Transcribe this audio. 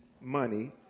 money